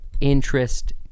interest